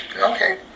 okay